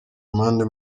amande